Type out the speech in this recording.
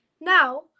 Now